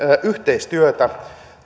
yhteistyötä